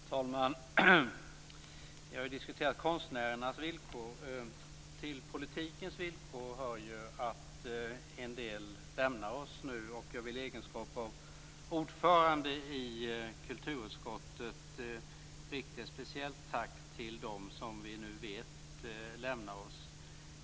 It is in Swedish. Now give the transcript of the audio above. Herr talman! Vi har ju diskuterat konstnärernas villkor. Till politikens villkor hör ju att en del lämnar oss, och jag vill i egenskap av ordförande i kulturutskottet rikta ett speciellt tack till dem som vi nu vet lämnar oss.